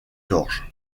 gorge